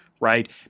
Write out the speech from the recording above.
Right